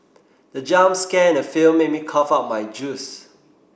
the jump scare in the film made me cough out my juice